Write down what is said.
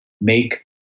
make